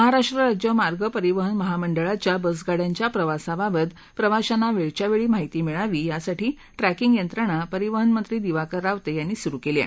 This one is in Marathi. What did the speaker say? महाराष्ट्र राज्य मार्ग परिवहन महामंडळाच्या बसगाड्यांच्या प्रवासाबाबत प्रवाशांना वेळच्या वेळी माहिती मिळावी यासाठी ट्रॅकिंग यंत्रणा परिवहन मंत्री दिवाकर रावते यांनी सुरू केली आहे